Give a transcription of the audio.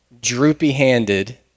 droopy-handed